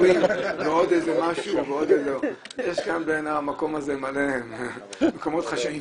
יש במקום הזה הרבה מקומות חשאיים